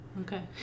Okay